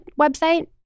website